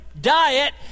diet